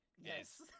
Yes